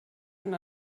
und